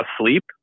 asleep